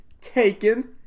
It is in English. taken